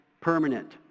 permanent